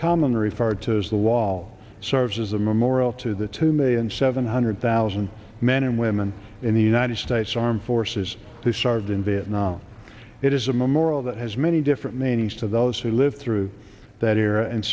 commonly referred to as the wall serves as a memorial to the two million seven hundred thousand men and women in the united states armed forces the shard in vietnam it is a memorial that has many different name nice to those who lived through that era and